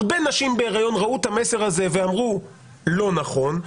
הרבה נשים בהריון ראו את המסר הזה ואמרו: לא נכון.